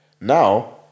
now